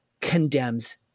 condemns